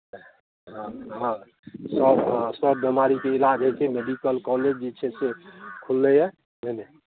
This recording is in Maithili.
हँ हँ सभ हँ सभ बीमारीके इलाज होइ छै मेडिकल कॉलेज जे छै से खुललैए बुझलियै